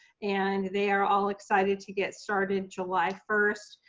and they are all excited to get started july first.